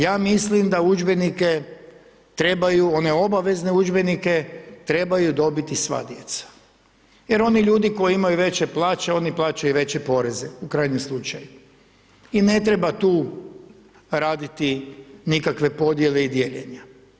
Ja mislim da udžbenike trebaju, one obavezne udžbenike trebaju dobiti sva djeca jer oni ljudi koji imaju veće plaće, oni plaćaju veće poreze u krajnjem slučaju i ne treba tu raditi nikakve podjele i dijeljenja.